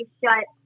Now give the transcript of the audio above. shut